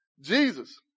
Jesus